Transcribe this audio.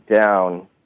down